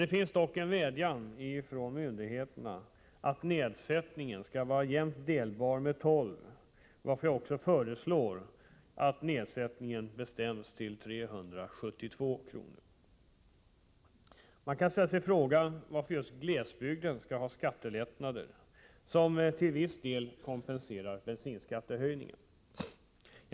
Det finns dock en vädjan från myndigheterna att nedsättningen skall vara jämnt delbar med 12, varför jag också föreslår att nedsättningen bestäms till 372 kr. Man kan ställa sig frågan varför just glesbygden skall ha skattelättnader, som till viss del kompenserar bensinskattehöjningen.